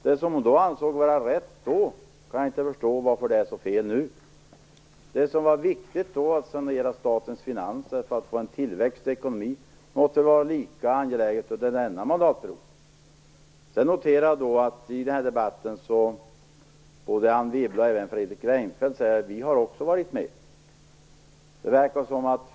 Jag kan inte förstå varför det som hon ansåg vara rätt då är så fel nu. Det som var viktigt då - att sanera statens finanser för att få en tillväxt i ekonomin - måste vara lika angeläget under denna mandatperiod. Jag noterar att i den här debatten säger både Anne Wibble och Fredrik Reinfeldt: Vi har också varit med.